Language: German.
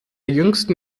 jüngsten